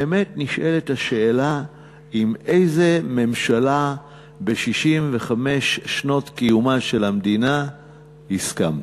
באמת נשאלת השאלה עם איזה ממשלה ב-65 שנות קיומה של המדינה הסכמת.